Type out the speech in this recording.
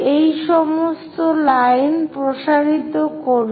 এই সমস্ত লাইন প্রসারিত করুন